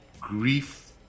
grief